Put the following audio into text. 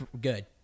Good